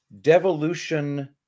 devolution